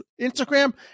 Instagram